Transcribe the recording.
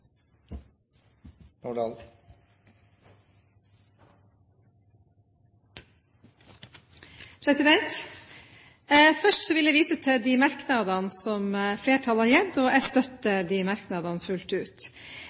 det. Først vil jeg vise til de merknadene som flertallet har gitt. Jeg støtter de merknadene fullt ut.